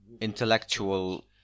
intellectual